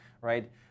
right